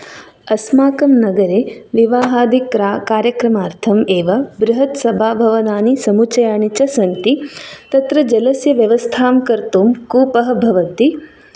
अस्माकं नगरे विवाहादिक्रा कार्यक्रमार्थम् एव बृहत् सभाभवनानि समुच्चयानि च सन्ति तत्र जलस्य व्यवस्थां कर्तुं कूपः भवन्ति